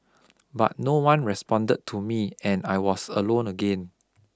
but no one responded to me and I was alone again